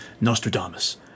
Nostradamus